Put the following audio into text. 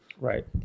right